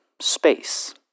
space